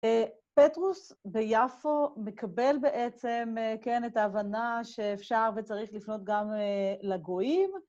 פטרוס ביפו מקבל בעצם, כן? את ההבנה שאפשר וצריך לפנות גם לגויים.